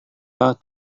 pak